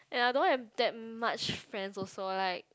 ya I don't have that much friends also like